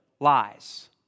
lies